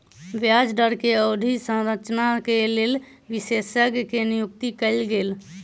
ब्याज दर के अवधि संरचना के लेल विशेषज्ञ के नियुक्ति कयल गेल